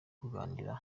kuganira